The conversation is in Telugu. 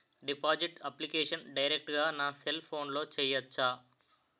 డిపాజిట్ అప్లికేషన్ డైరెక్ట్ గా నా సెల్ ఫోన్లో చెయ్యచా?